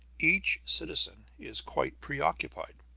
each citizen is quite preoccupied.